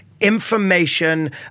information